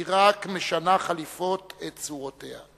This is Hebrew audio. היא רק משנה חליפות את צורותיה,